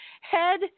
head